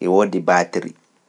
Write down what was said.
E woodi baatiri.